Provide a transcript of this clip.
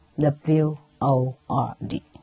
W-O-R-D